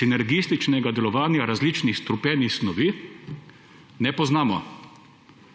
sinergijskega delovanja različnih strupenih snovi ne poznamo.